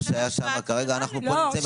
מה שהיה שם, כרגע אנחנו כאן בחקיקה.